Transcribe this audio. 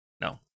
No